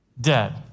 dead